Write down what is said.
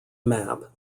map